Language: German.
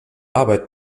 arbeit